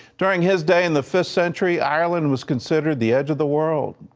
during his day in the fifth century, ireland was considered the edge of the world.